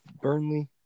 Burnley